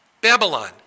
Babylon